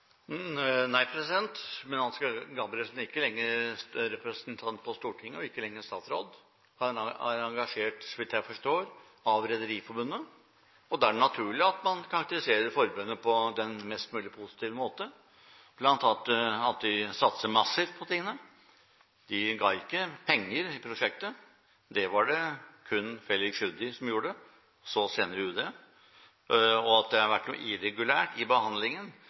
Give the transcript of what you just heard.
Nei, men Ansgar Gabrielsen er ikke lenger representant på Stortinget og ikke lenger statsråd. Han er engasjert – så vidt jeg forstår – av Rederiforbundet. Da er det naturlig at man karakteriserer Rederiforbundet på den mest mulig positive måten, bl.a. si at de satser massivt på dette. De ga ikke penger til prosjektet, det var det kun Felix Tschudi som gjorde, og så senere UD. At det har vært noe irregulært i behandlingen,